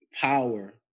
power